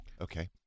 Okay